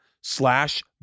slash